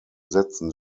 setzen